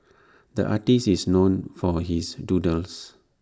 the artist is known for his doodles